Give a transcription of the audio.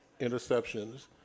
interceptions